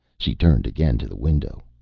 she turned again to the window.